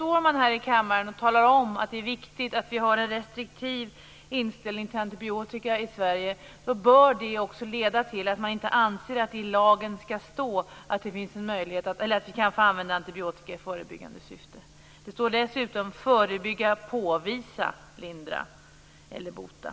Om man här i kammaren talar om att det är viktigt att vi har en restriktiv inställning till antibiotika i Sverige, bör det också leda till att man inte anser att det i lagen bör stå att vi kan få använda antibiotika i förebyggande syfte. Det står dessutom "förebygga, påvisa, lindra eller bota".